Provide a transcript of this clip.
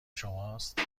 شماست